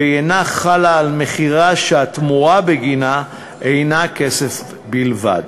ואינה חלה על מכירה שהתמורה בגינה אינה כסף בלבד.